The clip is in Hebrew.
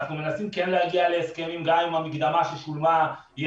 אנחנו מנסים כן להגיע להסכמים גם אם המקדמה ששולמה היא